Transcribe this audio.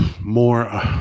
more